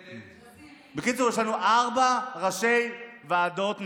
בקיצור, יש לנו ארבע ראשי ועדות נשים,